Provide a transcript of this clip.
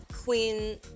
queen